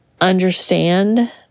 understand